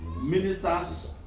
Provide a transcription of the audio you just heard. Ministers